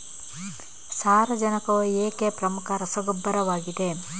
ಸಾರಜನಕವು ಏಕೆ ಪ್ರಮುಖ ರಸಗೊಬ್ಬರವಾಗಿದೆ?